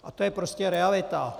A to je prostě realita.